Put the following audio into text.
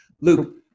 Luke